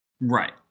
Right